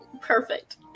Perfect